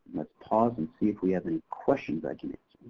let's pause and see if we have any questions i can answer.